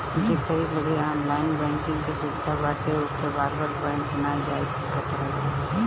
जेकरी लगे online banking के सुविधा बाटे ओके बार बार बैंक नाइ जाए के पड़त हवे